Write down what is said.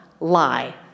lie